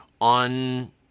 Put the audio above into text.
on